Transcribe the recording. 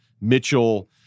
Mitchell –